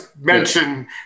mention